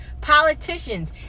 politicians